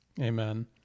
Amen